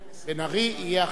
בן-ארי יהיה אחרי מילר.